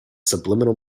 subliminal